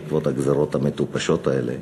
בעקבות הגזירות המטופשות האלה,